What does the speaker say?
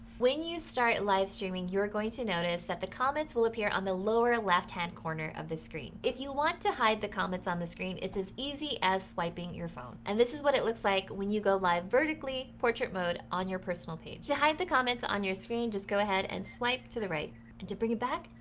when you start live streaming, you're going to notice that the comments will appear on the lower left hand corner of the screen. if you want to hide the comments on the screen, it's as easy as swiping your phone. and this is what it looks like when you go live vertically portrait mode on your personal page. hide the comments on your screen. just go ahead and swipe to the right, and to bring it back,